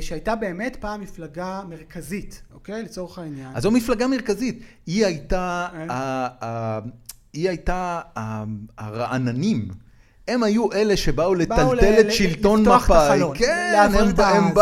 שהייתה באמת פעם מפלגה מרכזית. אוקיי? לצורך העניין. אז זו מפלגה מרכזית. היא הייתה הרעננים. הם היו אלה שבאו לטלטל את שלטון מפאי. כן, הם באמת.